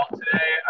today